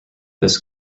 this